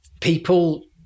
people